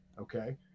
okay